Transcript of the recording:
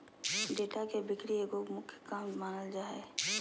data के बिक्री एगो मुख्य काम मानल जा हइ